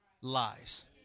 lies